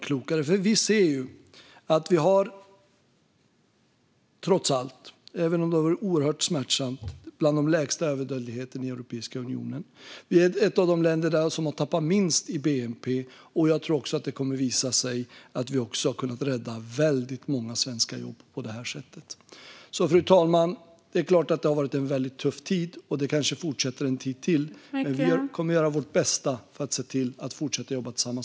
Även om det har varit oerhört smärtsamt ser vi trots allt att vi har varit ett av de länder med lägst överdödlighet i Europeiska unionen. Vi är ett av de länder som har tappat minst i bnp. Jag tror att det också kommer att visa sig att vi har kunnat rädda väldigt många svenska jobb på detta sätt. Fru talman! Det har varit en väldigt tuff tid, och det kanske fortsätter en tid till. Vi kommer dock att göra vårt bästa för att jobba tillsammans med näringslivet.